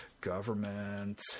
government